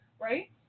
Right